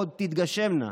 עוד תתגשמנה